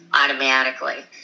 automatically